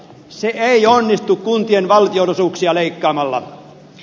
se ei onnistu kuntien valtionosuuksia leikkaamalla